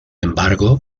embargo